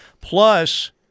plus